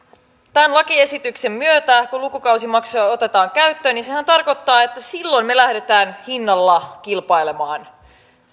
tämän lakiesityksen myötä kun lukukausimaksuja otetaan käyttöön sehän tarkoittaa että silloin me lähdemme hinnalla kilpailemaan